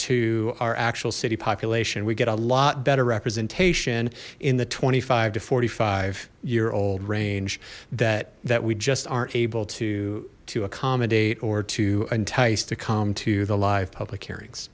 to our actual city population we get a lot better representation in the twenty five to forty five year old range that that we just aren't able to to accommodate or to entice to come to the live public hearings